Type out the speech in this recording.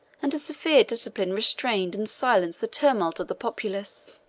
and a severe discipline restrained and silenced the tumult of the populace.